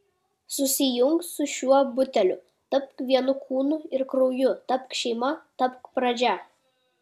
susijunk su šiuo buteliu tapk vienu kūnu ir krauju tapk šeima tapk pradžia